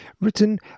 written